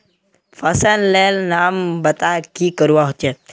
फसल लेर नाम बता की करवा होचे?